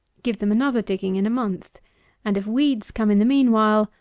give them another digging in a month and, if weeds come in the mean-while,